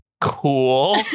Cool